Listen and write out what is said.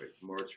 March